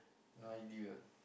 no idea